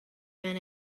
been